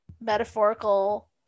metaphorical